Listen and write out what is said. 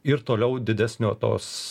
ir toliau didesnio tos